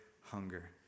hunger